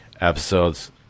episodes